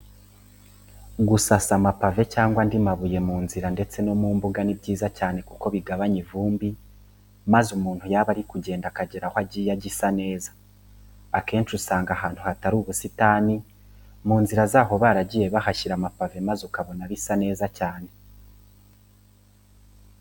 Gusasa amapave cyangwa andi mabuye mu nzira ndetse no mu mbuga ni byiza cyane kuko bigabanya ivumbi, maze umuntu yaba ari kugenda akagera aho agiye agisa neza. Akenshi usanga ahantu hari ubusitani, mu nzira zaho baragiye bahashyira amapave maze ukabaona bisa neza cyane.